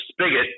spigot